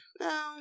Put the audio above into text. No